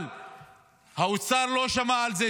אבל האוצר לא שמע על זה,